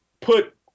put